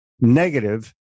negative